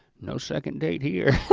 no second date here.